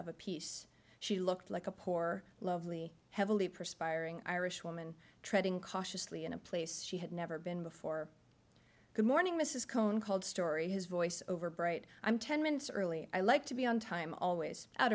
of a piece she looked like a poor lovely heavily perspiring irish woman treading cautiously in a place she had never been before good morning mrs cohn called story his voice over bright i'm ten minutes early i like to be on time always out